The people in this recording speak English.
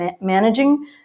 managing